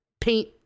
paint